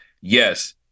yes